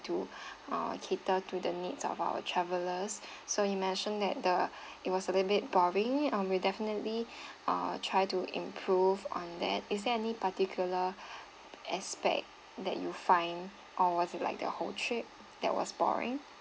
to uh cater to the needs of our travelers so you mentioned that the it was a little bit boring uh we'll definitely uh try to improve on that is there any particular aspect that you find or was it like the whole trip that was boring